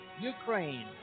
Ukraine